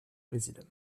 brésil